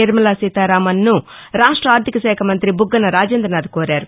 నిర్మలా సీతరామన్ను రాష్ట ఆర్థికశాఖ మంతి బుగ్గన రాజేందనాథ్ కోరారు